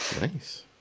nice